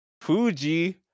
Fuji